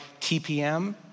TPM